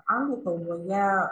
anglų kalboje